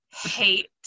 hate